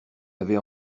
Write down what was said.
avez